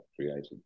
created